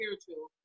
spiritual